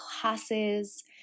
classes